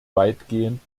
weitgehend